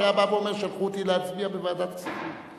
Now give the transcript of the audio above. שהיה בא ואומר: שלחו אותי להצביע בוועדת כספים.